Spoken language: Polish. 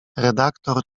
redaktor